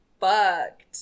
fucked